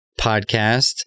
podcast